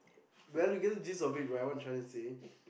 well you get the gist of it right what I tryna say